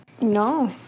No